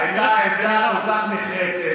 היא שהייתה עמדה כל כך נחרצת,